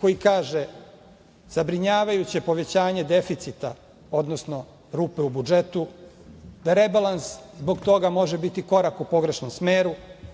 koji kaže – zabrinjavajuće povećanje deficita, odnosno rupa u budžetu. Rebalans zbog toga može biti korak u pogrešnom smeru,